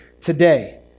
today